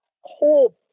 whole